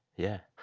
yeah.